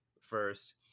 first